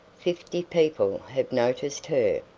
fifty people have noticed her.